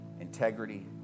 integrity